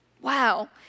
Wow